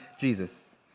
Jesus